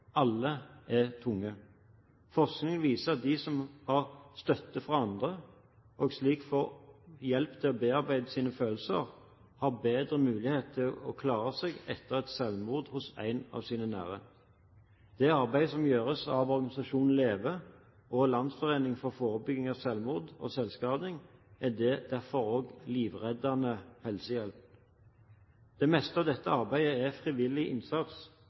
alle er tunge. Forskningen viser at de som har støtte fra andre, og slik får hjelp til å bearbeide sine følelser, har bedre mulighet til å klare seg etter et selvmord hos en av sine nære. Det arbeidet som gjøres av organisasjonen LEVE og Landsforeningen for forebygging av selvskading og selvmord, er derfor også livreddende helsehjelp. Det meste av dette arbeidet er frivillig innsats.